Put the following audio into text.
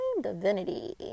Divinity